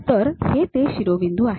तर हे ते शिरोबिंदू आहेत